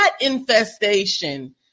infestation